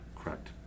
Correct